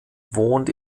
wohnt